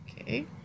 Okay